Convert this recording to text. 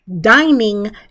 Dining